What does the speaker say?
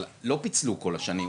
אבל לא פיצלו כל השנים,